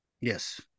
yes